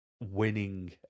winning